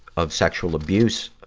of sexual abuse.